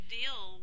deal